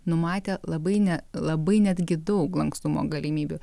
numatė labai ne labai netgi daug lankstumo galimybių